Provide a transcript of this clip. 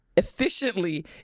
Efficiently